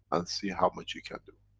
and see how much you can do.